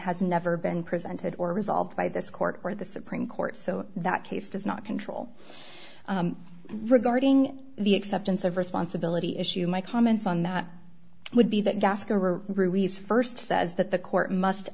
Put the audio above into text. has never been presented or resolved by this court or the supreme court so that case does not control regarding the acceptance of responsibility issue my comments on that would be that ruiz st says that the court must